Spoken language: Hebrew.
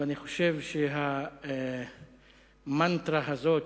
ואני חושב שהמנטרה הזאת,